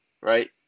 right